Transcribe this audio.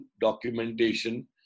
documentation